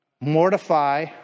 Mortify